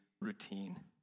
routine